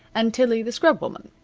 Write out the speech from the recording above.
and tillie, the scrub-woman.